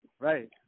right